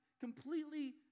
completely